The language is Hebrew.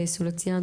סוליציאנו,